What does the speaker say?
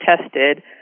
tested